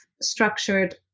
structured